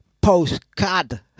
postcard